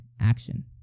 action